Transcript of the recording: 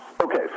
Okay